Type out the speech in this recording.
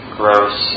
gross